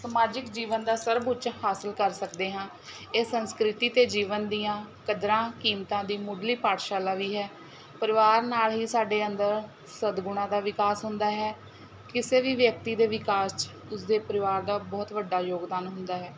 ਸਮਾਜਿਕ ਜੀਵਨ ਦਾ ਸਰਵ ਉੱਚ ਹਾਸਿਲ ਕਰ ਸਕਦੇ ਹਾਂ ਇਹ ਸੰਸਕ੍ਰਿਤੀ ਅਤੇ ਜੀਵਨ ਦੀਆਂ ਕਦਰਾਂ ਕੀਮਤਾਂ ਦੀ ਮੁੱਢਲੀ ਪਾਠਸ਼ਾਲਾ ਵੀ ਹੈ ਪਰਿਵਾਰ ਨਾਲ਼ ਹੀ ਸਾਡੇ ਅੰਦਰ ਸਦਗੁਣਾਂ ਦਾ ਵਿਕਾਸ ਹੁੰਦਾ ਹੈ ਕਿਸੇ ਵੀ ਵਿਅਕਤੀ ਦੇ ਵਿਕਾਸ 'ਚ ਉਸਦੇ ਪਰਿਵਾਰ ਦਾ ਬਹੁਤ ਵੱਡਾ ਯੋਗਦਾਨ ਹੁੰਦਾ ਹੈ